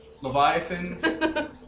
Leviathan